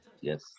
Yes